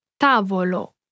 Tavolo